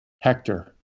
Hector